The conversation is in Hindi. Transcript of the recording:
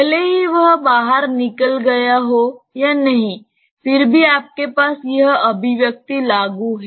भले ही वह बाहर निकल गया हो या नहीं फिर भी आपके पास यह अभिव्यक्ति लागू है